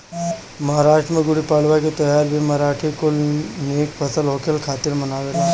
महाराष्ट्र में गुड़ीपड़वा के त्यौहार भी मराठी कुल निक फसल होखला खातिर मनावेलन